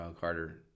Carter